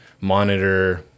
monitor